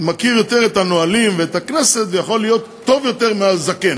מכיר יותר את הנהלים ואת הכנסת ויכול להיות טוב יותר מהזקן,